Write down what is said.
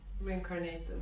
reincarnated